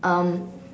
um